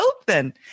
open